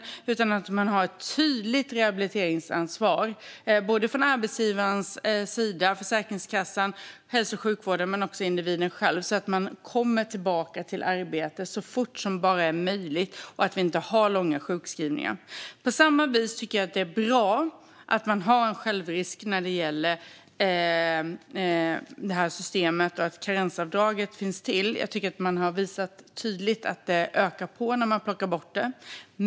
Det ska finnas ett tydligt rehabiliteringsansvar, från arbetsgivarens, Försäkringskassans och hälso och sjukvårdens sida, men också för individen själv så att man kommer tillbaka till arbetet så fort som bara är möjligt och att vi inte har långa sjukskrivningar. På samma vis tycker jag att det är bra att man har en självrisk när det gäller systemet att karensavdraget finns till. Jag tycker att man har visat tydligt att det ökar på när man plockar bort det.